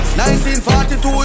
1942